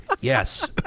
Yes